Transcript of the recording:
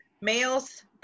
males